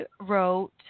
wrote